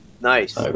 Nice